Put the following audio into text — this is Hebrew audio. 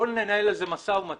בואו ננהל על זה משא ומתן